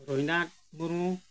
Rohinath Murmu